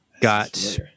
got